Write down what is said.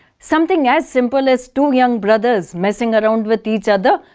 something as simple as two young brothers messing around with each other,